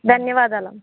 ధన్యవాదాలమ్మ